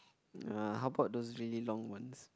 uh how about those really long ones